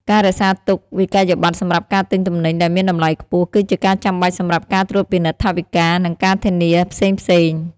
ការរក្សាទុកវិក្កយបត្រសម្រាប់ការទិញទំនិញដែលមានតម្លៃខ្ពស់ គឺជាការចាំបាច់សម្រាប់ការត្រួតពិនិត្យថវិកា និងការធានាផ្សេងៗ។